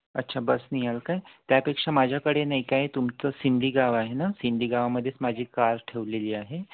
अच्छा बसने याल काय त्यापेक्षा माझ्याकडे नाही काय तुमचं सिंंदीगाव आहे ना सिंंदीगावामध्येच माझी कार ठेवलेली आहे